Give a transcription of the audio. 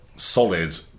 Solid